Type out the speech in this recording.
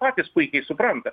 patys puikiai supranta